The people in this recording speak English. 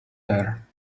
there